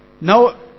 no